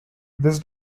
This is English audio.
this